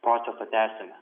procesą tęsime